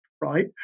right